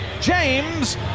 James